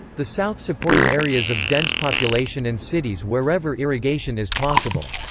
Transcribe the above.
the south supports areas of dense population and cities wherever irrigation is possible.